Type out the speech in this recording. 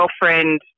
girlfriend